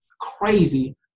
crazy